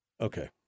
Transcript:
Okay